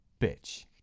bitch